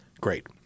Great